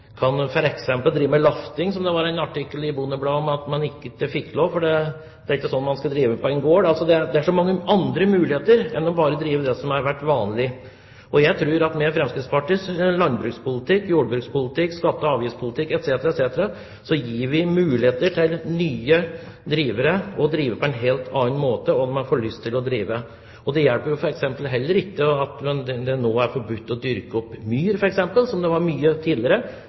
drive med lafting. Det var en artikkel i Bondebladet om at man ikke fikk lov til å drive med lafting, for det er ikke det man skal gjøre på en gård. Det er så mange andre muligheter enn bare å drive med det som har vært vanlig. Jeg tror at med Fremskrittspartiets landbrukspolitikk, jordbrukspolitikk, skatte- og avgiftspolitikk etc. gis det muligheter for nye drivere til å drive på en helt annen måte, og man får lyst til å drive. Det hjelper jo f.eks. heller ikke at det nå er forbudt å dyrke opp myr, f.eks., som man drev mye med tidligere.